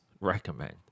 recommend